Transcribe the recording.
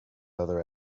other